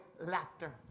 Laughter